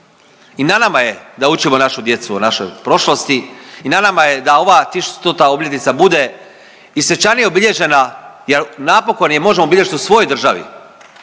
I na nama je da učimo našu djecu o našoj prošlosti i na nama je da ova tisuću stota obljetnica bude i svečanije obilježena, jer napokon je možemo obilježiti u svojoj državi